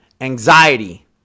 anxiety